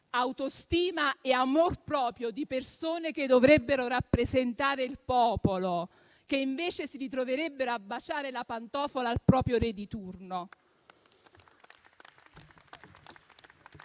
autostima e amor proprio di persone che dovrebbero rappresentare il popolo e che invece si ritroverebbero a baciare la pantofola al proprio re di turno.